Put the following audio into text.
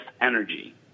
energy